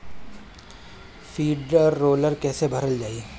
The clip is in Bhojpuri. वीडरौल कैसे भरल जाइ?